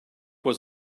was